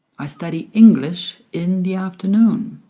ah study english in the afternoon